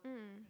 mm